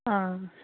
অঁ